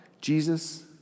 Jesus